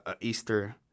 Easter